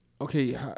okay